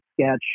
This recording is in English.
sketch